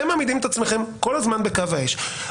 אתם מעמידים את עצמכם כל הזמן בקו האש.